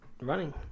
Running